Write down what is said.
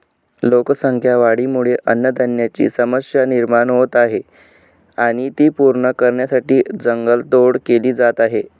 लोकसंख्या वाढीमुळे अन्नधान्याची समस्या निर्माण होत आहे आणि ती पूर्ण करण्यासाठी जंगल तोड केली जात आहे